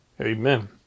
Amen